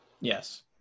Yes